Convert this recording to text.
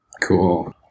cool